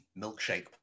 milkshake